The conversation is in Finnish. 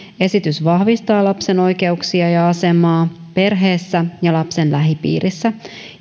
esitys vahvistaa lapsen oikeuksia ja asemaa perheessä ja lapsen lähipiirissä